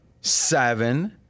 seven